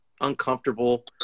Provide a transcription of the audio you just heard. uncomfortable